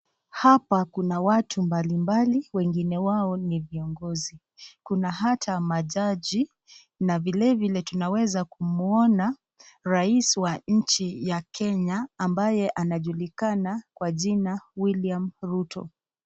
Hapa kuna watu mbalimbali, wengine wao ni viongozi, kuna hata majaji na vilevile tunaweza kumuona rais wa nchi ya Kenya ambaye anajulikana kwa jina William Ruto.